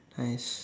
nice